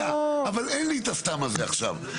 אבל אין לי את ה"סתם" הזה עכשיו.